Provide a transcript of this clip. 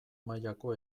mailako